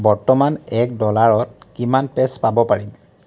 বৰ্তমান এক ডলাৰত কিমান পেছ পাব পাৰিম